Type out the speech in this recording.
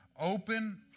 Open